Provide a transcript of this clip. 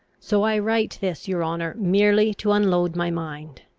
so i write this, your honour, merely to unload my mind.